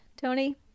Tony